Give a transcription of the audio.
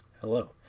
Hello